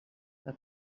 que